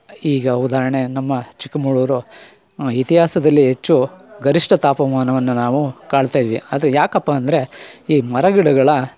ಈಗ ಉದಾಹರ್ಣೆ ನಮ್ಮ ಚಿಕ್ಕಮಗಳೂರು ಇತಿಹಾಸದಲ್ಲಿ ಹೆಚ್ಚು ಗರಿಷ್ಠ ತಾಪಮಾನವನ್ನು ನಾವು ಕಾಣ್ತ ಇದ್ವಿ ಅದು ಯಾಕಪ್ಪಅಂದರೆ ಈ ಮರಗಿಡಗಳ